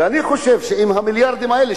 ואני חושב שעם המיליארדים האלה,